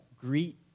greet